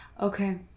Okay